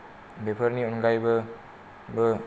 बेफोरनि अनगायैबो